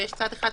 ויש צד אחד,